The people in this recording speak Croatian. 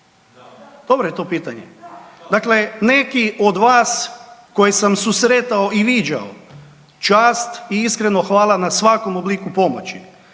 Dobro je to pitanje. Dakle, neki od vas koje sam susretao i viđao, čast i iskreno hvala na svakom obliku pomoći,